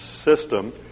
system